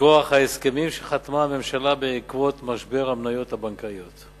מכוח ההסכמים שחתמה הממשלה בעקבות משבר המניות הבנקאיות.